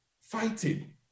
fighting